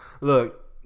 Look